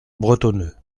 bretonneux